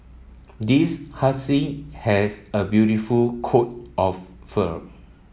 this husky has a beautiful coat of fur